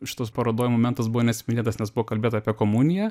šitas parodoj momentas buvo neatspindėtas nes buvo kalbėta apie komuniją